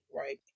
right